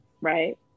right